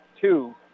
two